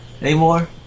anymore